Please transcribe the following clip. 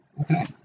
Okay